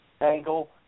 angle